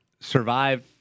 survive